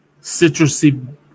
citrusy